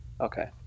Okay